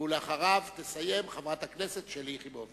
אחריו תסיים חברת הכנסת שלי יחימוביץ.